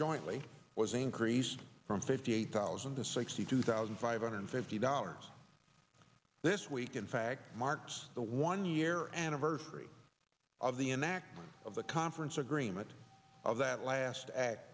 jointly was increased from fifty eight thousand to sixty two thousand five hundred fifty dollars this week in fact marks the one year anniversary of the enactment of the conference agreement of that last a